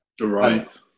Right